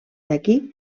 d’aquí